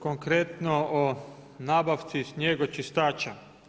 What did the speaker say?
Konkretno o nabavci snijegočistača.